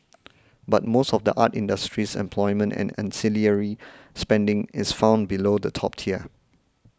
but most of the art industry's employment and ancillary spending is found below the top tier